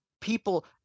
people